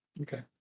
Okay